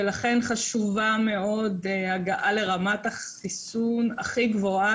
ולכן חשובה מאוד הגעה לרמת החיסון הכי גבוהה